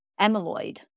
amyloid